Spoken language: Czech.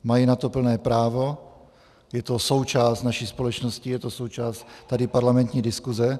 Mají na to plné právo, je to součást naší společnosti, je to součást tady parlamentní diskuze.